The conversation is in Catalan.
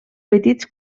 petits